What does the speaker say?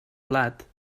plat